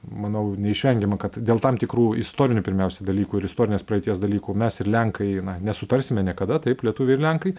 manau neišvengiama kad dėl tam tikrų istorinių pirmiausia dalykų ir istorinės praeities dalykų mes ir lenkai na nesutarsime niekada taip lietuviai ir lenkai